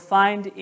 find